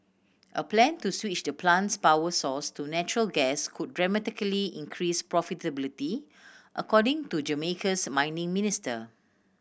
a plan to switch the plant's power source to natural gas could dramatically increase profitability according to Jamaica's mining minister